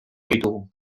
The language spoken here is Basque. ditugu